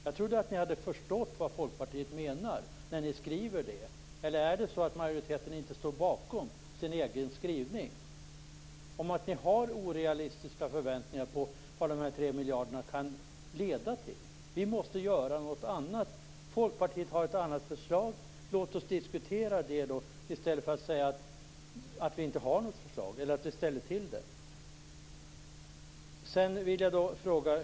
Jag trodde att ni hade förstått vad Folkpartiet menar när ni skriver så. Eller är det så att majoriteten inte står bakom sin egen skrivning? Ni har orealistiska förväntningar på vad de tre miljarderna kan leda till. Vi måste göra något annat. Folkpartiet har ett annat förslag. Låt oss diskutera det, Berit Andnor, och säg inte att vi inte har något förslag eller att vi ställer till det.